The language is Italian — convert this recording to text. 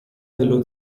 dello